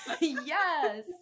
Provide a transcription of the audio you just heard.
Yes